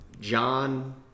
John